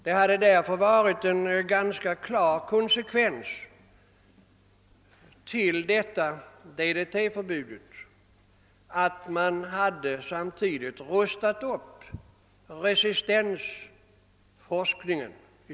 Det hade därför varit en självklar konsekvens av DDT-förbudet att man rustade upp resistensforskningen.